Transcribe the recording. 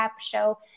show